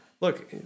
look